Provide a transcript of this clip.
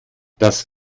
das